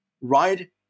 ride